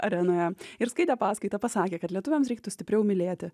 arenoje ir skaitė paskaitą pasakė kad lietuviams reiktų stipriau mylėti